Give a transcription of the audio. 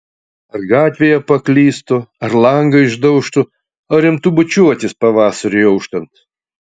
ar gatvėje paklystų ar langą išdaužtų ar imtų bučiuotis pavasariui auštant